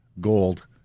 gold